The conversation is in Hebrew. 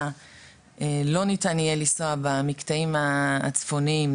לא ניתן יהיה לנסוע במקטעים הצפוניים,